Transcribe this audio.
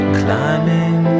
climbing